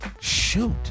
Shoot